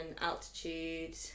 altitude